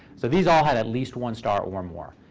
so these all had at least one star or more.